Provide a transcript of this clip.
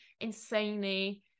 insanely